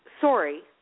Sorry